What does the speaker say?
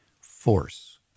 force